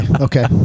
okay